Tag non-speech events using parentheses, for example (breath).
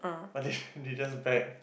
but they (breath) they just beg